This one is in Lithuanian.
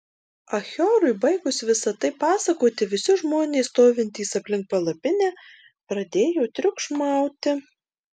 achiorui baigus visa tai pasakoti visi žmonės stovintys aplink palapinę pradėjo triukšmauti